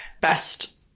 Best